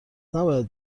نباید